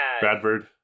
Bradford